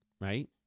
right